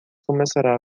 começará